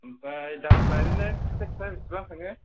आमफ्राय दामफ्रा इरैनो थाबथा थुबथा बेसेबां थाङो